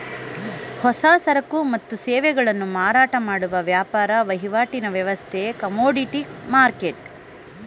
ಹೊಸ ಸರಕು ಮತ್ತು ಸೇವೆಗಳನ್ನು ಮಾರಾಟ ಮಾಡುವ ವ್ಯಾಪಾರ ವಹಿವಾಟಿನ ವ್ಯವಸ್ಥೆ ಕಮೋಡಿಟಿ ಮರ್ಕೆಟ್